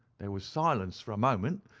there was silence for a moment,